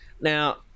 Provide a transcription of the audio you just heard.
Now